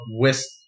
west